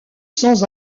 sans